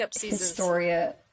Historia